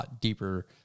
deeper